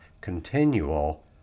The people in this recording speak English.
continual